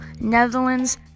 Netherlands